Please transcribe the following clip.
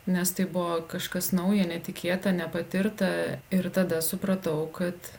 nes tai buvo kažkas nauja netikėta nepatirta ir tada supratau kad